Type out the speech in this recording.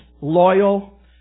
loyal